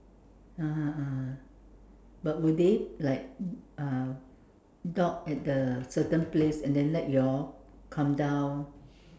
(uh huh) (uh huh) but would they like uh dock at a certain place and then let you all come down